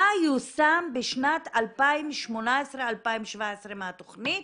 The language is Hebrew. מה יושם בשנת 2018-2017 מהתכנית,